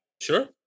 sure